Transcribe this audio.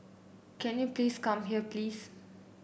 can you please come here please